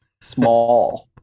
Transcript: small